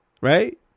right